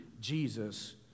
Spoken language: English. Jesus